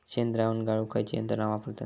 शेणद्रावण गाळूक खयची यंत्रणा वापरतत?